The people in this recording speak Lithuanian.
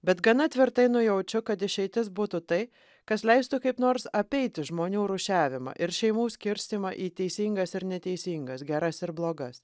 bet gana tvirtai nujaučiu kad išeitis būtų tai kas leistų kaip nors apeiti žmonių rūšiavimą ir šeimų skirstymą į teisingas ir neteisingas geras ir blogas